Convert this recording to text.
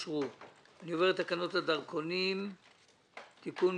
הצבעה בעד 2 נגד אין נמנעים אין תקנות הדרכונים (הוראת שעה) (תיקון),